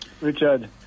Richard